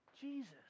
Jesus